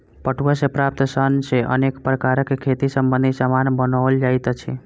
पटुआ सॅ प्राप्त सन सॅ अनेक प्रकारक खेती संबंधी सामान बनओल जाइत अछि